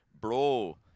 bro